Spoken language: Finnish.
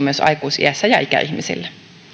myös aikuisiässä ja ikäihmisillä